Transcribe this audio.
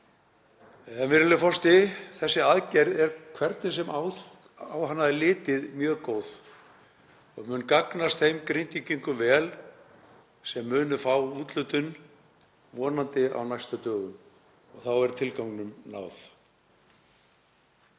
Virðulegur forseti. Þessi aðgerð er, hvernig sem á hana er litið, mjög góð og mun gagnast þeim Grindvíkingum vel sem munu fá úthlutun, vonandi á næstu dögum. Þá er tilganginum náð.